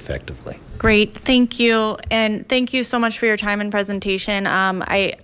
effectively great thank you and thank you so much for your time and presentation i